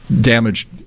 damaged